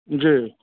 जी